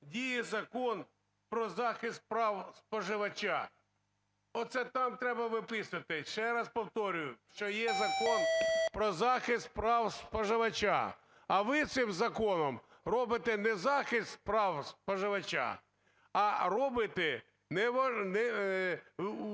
діє Закон про захист прав споживача. Оце там треба виписувати. Ще раз повторюю, що є Закон про захист прав споживача, а ви цим законом робите не захист прав споживача, а робите неможливим